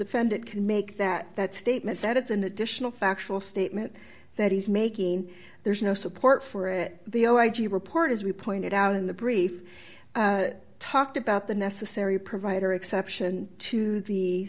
defendant can make that that statement that it's an additional factual statement that he's making there's no support for it the oh i g report as we pointed out in the brief talked about the necessary provider exception to the